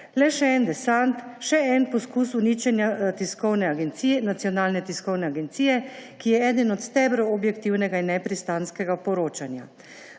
Le še en desant, še en poskus uničenja nacionalne tiskovne agencije, ki je eden od stebrov objektivnega in nepristranskega poročanja.